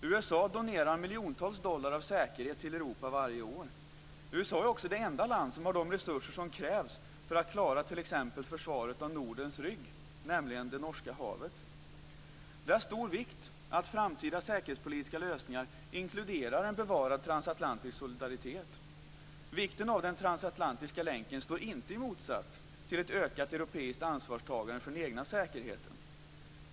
USA donerar miljontals dollar av säkerhet till Europa varje år. USA är också det enda land som har de resurser som krävs för att klara t.ex. försvaret av Nordens rygg, dvs. det norska havet. Det är av stor vikt att framtida säkerhetspolitiska lösningar inkluderar en bevarad transatlantisk solidaritet. Vikten av den transatlantiska länken står inte i motsats till ett ökat europeiskt ansvarstagande för den egna säkerheten.